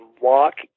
walk